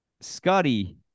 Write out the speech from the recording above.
Scotty